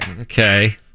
Okay